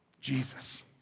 Jesus